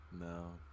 No